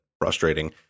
frustrating